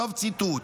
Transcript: סוף ציטוט.